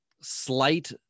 slight